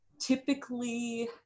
typically